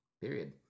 Period